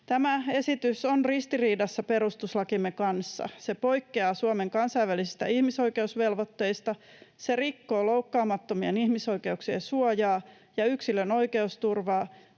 Tämä esitys on ristiriidassa perustuslakimme kanssa. Se poikkeaa Suomen kansainvälisistä ihmisoikeusvelvoitteista, se rikkoo loukkaamattomien ihmisoikeuksien suojaa ja yksilön oikeusturvaa